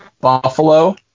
buffalo